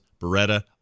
Beretta